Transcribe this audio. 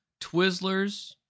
Twizzlers